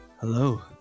Hello